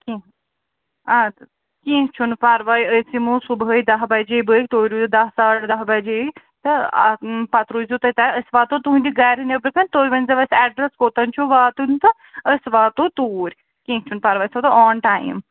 اَدٕ حظ کیٚنٛہہ چھُنہٕ پَرواے أسۍ یِمو صُبحٲے دَہ بَجے بٲگۍ تُہۍ روٗزو دَہ ساڑٕ دَہ بَجے تہٕ آ پَتہٕ روٗزِو تُہۍ تہٕ أسۍ واتو تُہٕنٛدِ گَرِ نٮ۪برٕ کَنہِ تُہۍ ؤنۍزیٚو اَسہِ ایڈرَس کوٚت چھُ واتُن تہٕ أسۍ واتو توٗرۍ کیٚنٛہہ چھُنہٕ پَرواے أسۍ واتَو آن ٹایم